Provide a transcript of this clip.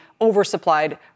oversupplied